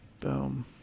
Boom